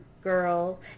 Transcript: girl